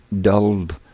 dulled